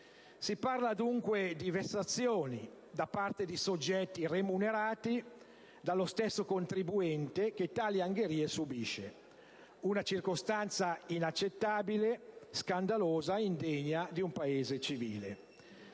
Si parla, dunque, di vessazioni da parte di soggetti remunerati dallo stesso contribuente che tali angherie subisce: una circostanza inaccettabile, scandalosa, indegna di un Paese civile.